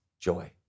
joy